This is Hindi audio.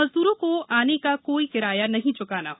मजद्रों को आने का कोई किराया नहीं च्काना है